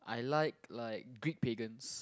I like like Greek Pegans